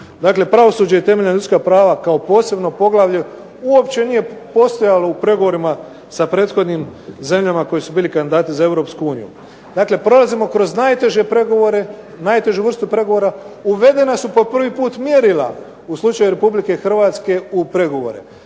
dakle pravosuđe i temeljna ljudska prava kao posebno poglavlje uopće nije postojalo u pregovorima sa prethodnim zemljama koje su bili kandidati za EU. Dakle, prolazimo kroz najtežu vrstu pregovora, uvedena su po prvi puta mjerila u slučaju RH u pregovore,